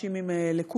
אנשים עם לקות.